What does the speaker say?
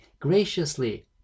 graciously